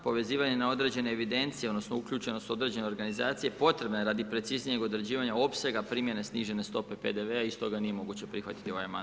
Povezivanje na određene evidencije odnosno uključenost određene organizacije potrebne radi preciznijeg odrađivanja opsega primjene snižene stope PDV-a, i stoga nije moguće prihvatiti ovaj amandman.